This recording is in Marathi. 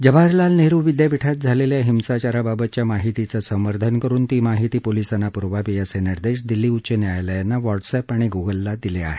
जवाहरलाल नेहरु विद्यापीठात झालेल्या हिंसाचाराबाबतच्या माहितीचं संवर्धन करुन ती माहिती पोलिसांना पुरवावी असे निर्देश दिल्ली उच्च न्यायालयानं व्हॉटसअॅप आणि गुगलला दिले आहेत